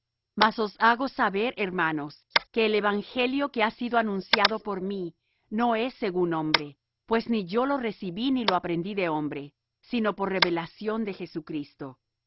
os hago saber hermanos que el evangelio que ha sido anunciado por mí no es según hombre pues ni yo lo recibí ni lo aprendí de hombre sino por revelación de jesucristo